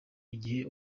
igihe